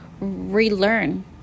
relearn